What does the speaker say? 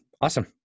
awesome